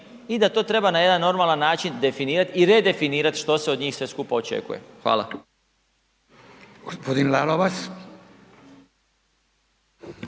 i da to treba na jedan normalan način definirat i redefinirat što se od njih sve skupa očekuje. Hvala. **Radin,